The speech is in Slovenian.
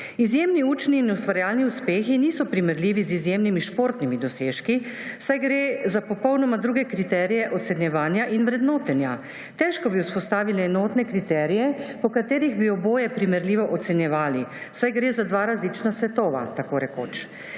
Izjemni učni in ustvarjalni uspehi niso primerljivi z izjemnimi športnimi dosežki, saj gre za popolnoma druge kriterije ocenjevanja in vrednotenja. Težko bi vzpostavili enotne kriterije, po katerih bi oboje primerljivo ocenjevali, saj gre za dva različna svetova, tako rekoč.